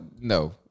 No